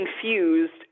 confused